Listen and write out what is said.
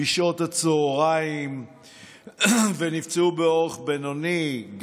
בשעות הצוהריים ונפצעו באורח בינוני,